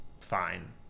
fine